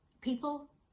people